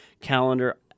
calendar